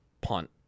punt –